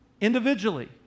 individually